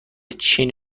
چین